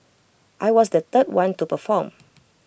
I was the third one to perform